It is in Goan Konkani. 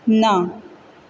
ना